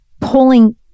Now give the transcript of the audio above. pulling